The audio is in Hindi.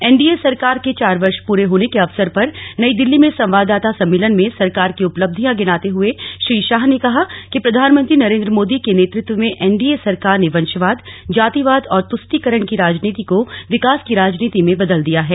एन डी ए सरकार के चार वर्ष पुरा होने के अवसर पर नई दिल्ली में संवाददाता सम्मेलन में सरकार की उपलब्धियां गिनाते हए श्री शाह ने कहा कि प्रधानमंत्री नरेन्द्र मोदी के नेतत्व में एनडीए सरकार ने वंशवाद जातिवाद और तृष्टिकरण की राजनीति को विकास की राजनीति में बदल दिया है